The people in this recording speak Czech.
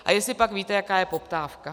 A jestlipak víte, jaká je poptávka?